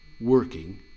working